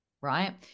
right